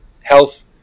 health